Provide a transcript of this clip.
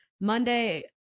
Monday